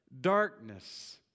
darkness